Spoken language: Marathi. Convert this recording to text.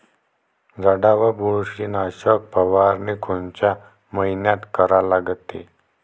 झाडावर बुरशीनाशक फवारनी कोनच्या मइन्यात करा लागते?